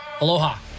Aloha